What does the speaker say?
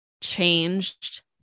changed